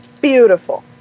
beautiful